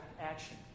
action